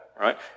right